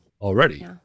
already